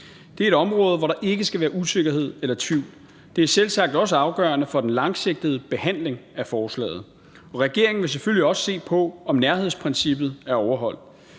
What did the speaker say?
Det er et område, hvor der ikke skal være usikkerhed eller tvivl, og det er selvsagt også afgørende for den langsigtede behandling af forslaget. Og regeringen vil selvfølgelig også se på, om nærhedsprincippet er overholdt.